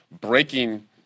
breaking